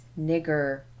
nigger